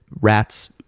rats